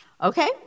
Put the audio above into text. okay